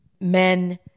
men